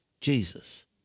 Jesus